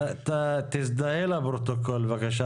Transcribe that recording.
תזדהה לפרוטוקול, בבקשה.